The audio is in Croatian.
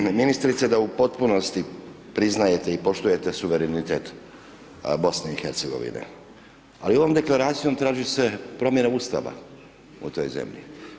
Kažete ministrice da u potpunosti priznajete i poštujete suverenitet BiH, ali ovom Deklaracijom traži se promjena Ustava u toj zemlji.